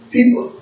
People